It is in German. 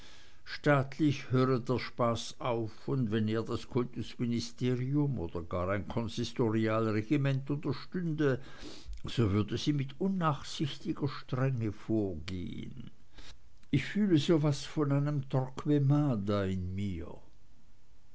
staatlich höre der spaß auf und wenn ihr das kultusministerium oder gar ein konsistorialregiment unterstünde so würde sie mit unnachsichtiger strenge vorgehen ich fühle so was von einem torquemada in mir